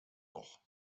noch